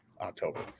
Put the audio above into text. October